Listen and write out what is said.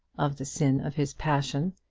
of the sin of his passion,